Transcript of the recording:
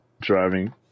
driving